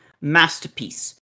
masterpiece